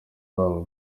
zabo